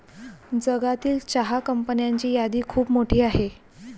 जगातील चहा कंपन्यांची यादी खूप मोठी आहे